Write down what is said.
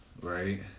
right